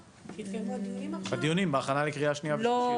הדיונים בהכנה לקריאה שנייה ושלישית.